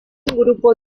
grupo